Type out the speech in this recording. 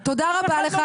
אדוני, תודה רבה לך.